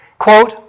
Quote